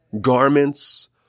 garments